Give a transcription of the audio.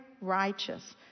righteous